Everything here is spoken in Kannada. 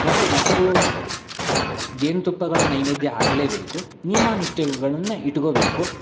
ಮತ್ತು ಮೊಸರು ಜೇನುತುಪ್ಪಗಳ ನೈವೇದ್ಯ ಆಗಲೇಬೇಕು ನಿಯಮ ನಿಷ್ಠೆಗಳನ್ನು ಇಟ್ಕೋಬೇಕು